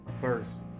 first